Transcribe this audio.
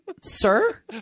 sir